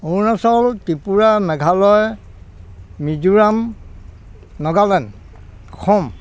Arunachal Tripura Meghalaya Mizoram Nagaland Assam